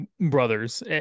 brothers